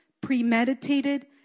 premeditated